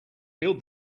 build